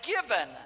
given